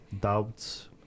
doubts